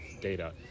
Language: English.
data